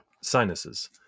sinuses